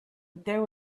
there